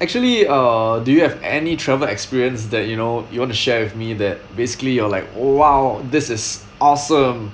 actually uh do you have any travel experience that you know you want to share with me that basically you are like !wow! this is awesome